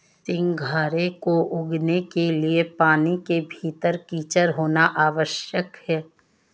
सिंघाड़े को उगाने के लिए पानी के भीतर कीचड़ होना आवश्यक है